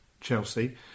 Chelsea